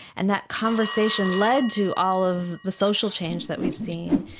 and that conversation led to all of the social change that we've seen,